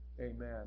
Amen